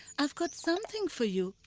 i've got something for you,